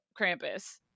Krampus